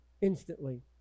instantly